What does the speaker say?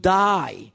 die